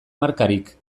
markarik